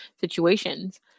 situations